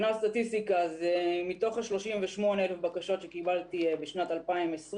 מתוך ה-38,000 בקשות שקיבלתי בשנת 2020,